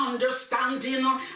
understanding